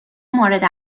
مورد